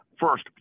First